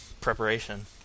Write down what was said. preparation